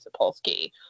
Sapolsky